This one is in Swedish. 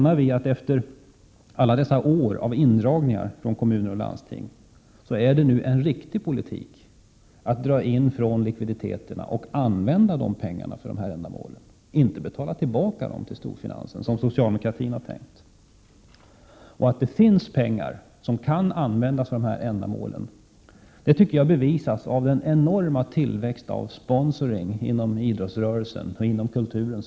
Därför är det nu efter alla dessa år av indragningar från kommuner och landsting en riktig politik att man drar in på likviditeten och använder pengarna för dessa ändamål, men man skall inte betala tillbaka dem till storfinansen, som socialdemokratin har för avsikt. Att det finns pengar som kan användas för dessa ändamål bevisas av den enorma tillväxt av sponsring som sker inom kulturen och inom idrottsrörelsen.